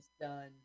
done